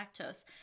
lactose